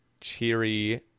Cheery